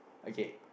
okay